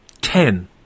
ten